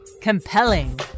Compelling